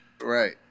Right